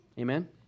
Amen